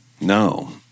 No